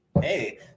Hey